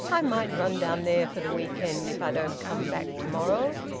i might run down there for the week-end if i don't come back to-morrow.